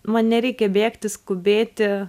man nereikia bėgti skubėti